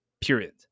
period